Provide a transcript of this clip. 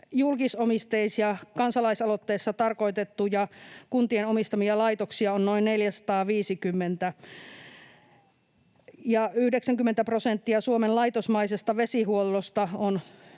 julkisomisteisia, kansalaisaloitteessa tarkoitettuja kuntien omistamia laitoksia on noin 450, ja 90 prosenttia Suomen laitosmaisesta vesihuollosta on